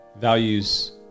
values